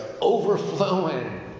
overflowing